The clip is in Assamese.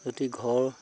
এটি ঘৰ